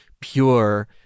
pure